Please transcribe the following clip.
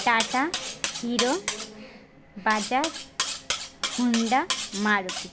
tata hero Bajaj Honda Maruti